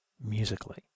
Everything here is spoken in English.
musically